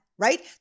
right